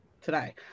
today